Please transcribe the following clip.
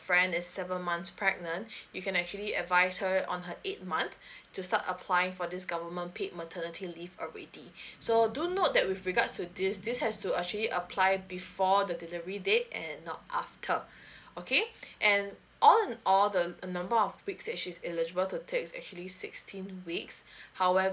friend is seven months pregnant you can actually advise her on her eight month to start applying for this government paid maternity leave already so do note that with regards to this this has to actually apply before the delivery date and not after okay and all in all the the number of weeks which is eligible to take is actually sixteen weeks however